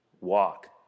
walk